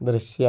ദൃശ്യം